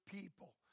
people